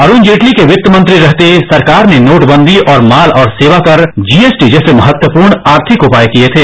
अरुण जेटली के वित्त मंत्री रहते सरकार ने नोट बंदी और माल और सेवाकर जीएसटी जैसे महत्वपूर्ण आर्थिक उपाय किये थे